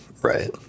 Right